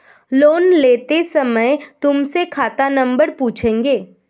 loan लेते समय तुमसे खाता नंबर पूछेंगे